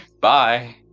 Bye